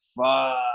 fuck